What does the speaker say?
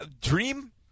Dream